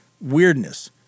weirdness